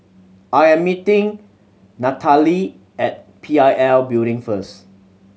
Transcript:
I am meeting Nathaly at P I L Building first